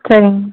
சரிங்க